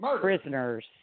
prisoners